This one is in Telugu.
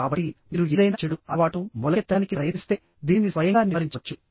కాబట్టి మీరు ఏదైనా చెడు అలవాటును మొలకెత్తడానికి ప్రయత్నిస్తే దీనిని స్వయంగా నివారించవచ్చు